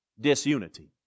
Disunity